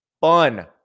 fun